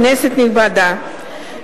כנסת נכבדה,